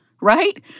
right